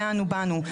מ'אנו באנו'.